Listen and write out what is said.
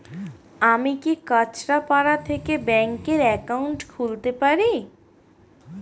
আমি কি কাছরাপাড়া থেকে ব্যাংকের একাউন্ট খুলতে পারি?